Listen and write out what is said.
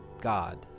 God